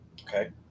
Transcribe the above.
Okay